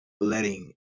letting